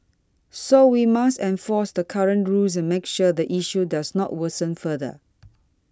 so we must enforce the current rules and make sure the issue does not worsen further